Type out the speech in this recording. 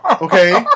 okay